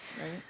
right